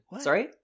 sorry